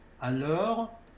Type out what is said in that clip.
Alors